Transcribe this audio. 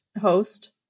Host